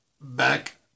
back